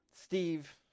Steve